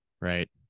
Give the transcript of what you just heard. right